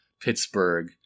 Pittsburgh